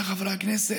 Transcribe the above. רואים אותו בעזה,